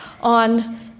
on